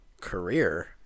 career